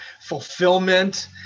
fulfillment